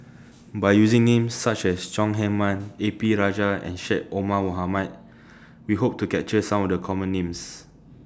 By using Names such as Chong Heman A P Rajah and Syed Omar Mohamed We Hope to capture Some of The Common Names